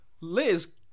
Liz